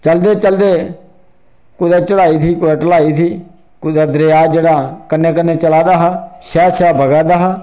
चलदे चलदे कुदै चढ़ाई थी कुदै ढलाई थी कुदै दरेआ जेह्ड़ा कन्नै कन्नै चला दा हा शर शर बगा दा हा